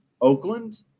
Oakland